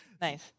Nice